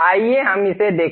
आइए हम इसे देखें